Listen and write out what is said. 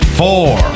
four